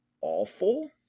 awful